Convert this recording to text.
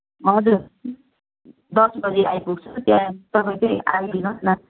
हजुर दस बजी आइपुग्छु त्यहाँ तपाईँ चाहिँ आइदिनु होस् न